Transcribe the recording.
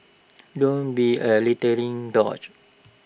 don't be A littering douche